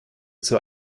zur